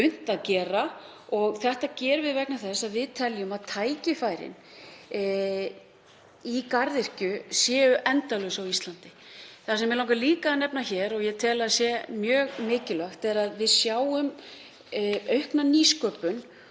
unnt að gera. Þetta gerum við vegna þess að við teljum að tækifærin í garðyrkju séu endalaus á Íslandi. Það sem mig langar líka að nefna hér, og ég tel að sé mjög mikilvægt, er að við sjáum aukna nýsköpun